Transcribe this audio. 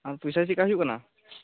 ᱟᱨ ᱯᱚᱭᱥᱟ ᱪᱮᱫ ᱞᱮᱠᱟ ᱦᱩᱭᱩᱜ ᱠᱟᱱᱟ